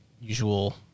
usual